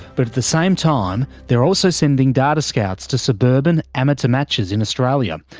but at the same time they're also sending data scouts to suburban, amateur matches in australia,